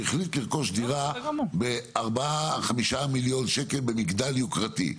שהחליט לרכוש דירה ב-4-5 מיליון שקל במגדל יוקרתי,